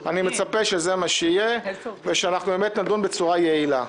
-- אני מצפה שזה מה שיהיה ושאנחנו באמת נדון בצורה יעילה.